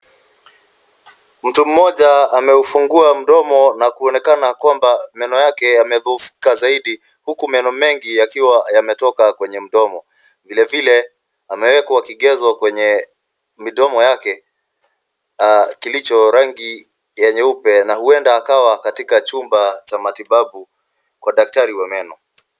Mtu mmoja ameufungua mdomo na kuonekana kwamba meno yake yamedhoofika zaidi huku meno mengi yakiwa yametoka kwenye mdomo. Vile vile amewekwa kigezo kwenye midomo yake kilicho rangi ya nyeupe na huenda akawa katika chumba cha matibabu kwa daktari wa meno.